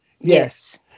Yes